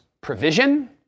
provision